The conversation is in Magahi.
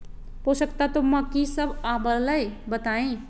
पोषक तत्व म की सब आबलई बताई?